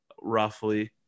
roughly